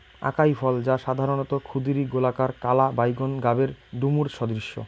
আকাই ফল, যা সাধারণত ক্ষুদিরী, গোলাকার, কালা বাইগোন গাবের ডুমুর সদৃশ